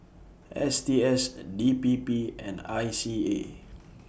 S T S D P P and I C A